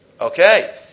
Okay